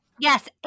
Yes